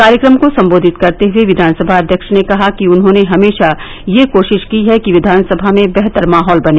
कार्यक्रम को सम्बोधित करते हये विधानसभा अध्यक्ष ने कहा कि उन्होंने हमेशा यह कोशिश की है कि विधानसभा में बेहतर माहौल बने